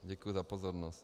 Děkuji za pozornost.